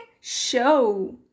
show